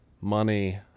money